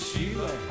Sheila